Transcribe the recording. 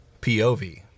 POV